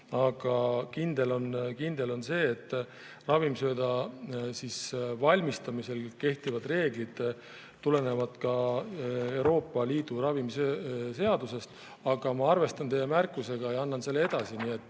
Kindel on see, et ravimsööda valmistamisel kehtivad reeglid tulenevad ka Euroopa Liidu ravimiseadusest. Aga ma arvestan teie märkusega ja annan selle edasi. Ma